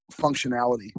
functionality